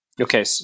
Okay